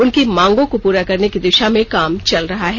उनकी मांगों को पूरा करने की दिशा में काम चल रहा है